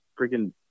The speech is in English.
freaking